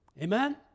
Amen